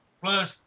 plus